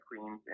queens